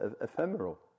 ephemeral